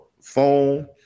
phone